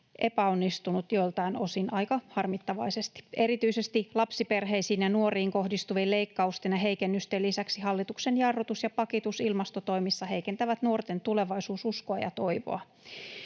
epäonnistunut joiltain osin aika harmittavaisesti. Erityisesti lapsiperheisiin ja nuoriin kohdistuvien leikkausten ja heikennysten lisäksi hallituksen jarrutus ja pakitus ilmastotoimissa heikentää nuorten tulevaisuususkoa ja -toivoa.